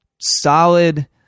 solid